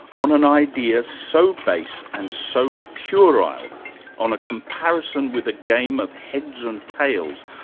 on an idea so base and so puerile, on a comparison with a game of heads and tails,